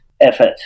effort